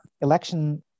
election